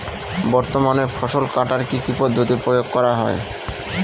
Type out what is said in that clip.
বর্তমানে ফসল কাটার কি কি পদ্ধতি প্রয়োগ করা হয়?